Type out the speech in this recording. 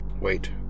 Wait